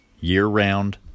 year-round